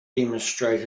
demonstrate